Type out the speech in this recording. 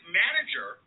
manager